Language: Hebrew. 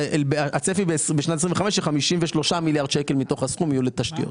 הצפי בשנת 25' היא 53 מיליארד שקל מתוך הסכום יהיו לתשתיות.